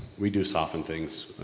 we do soften things,